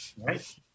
right